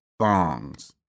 thongs